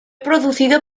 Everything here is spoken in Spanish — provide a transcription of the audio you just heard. producido